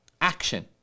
action